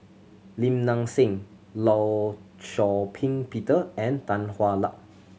Lim Nang Seng Law Shau Ping Peter and Tan Hwa Luck